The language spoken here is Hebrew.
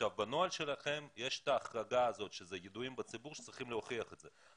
בנוהל שלכם יש את ההחרגה הזאת שזה ידועים בציבור שצריכים להוכיח את זה,